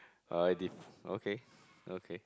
orh I did okay okay